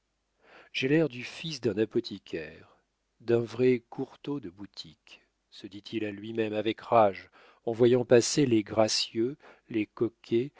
j'ai l'air du fils d'un apothicaire d'un vrai courtaud de boutique se dit-il à lui-même avec rage en voyant passer les gracieux les coquets